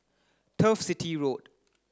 Turf City Road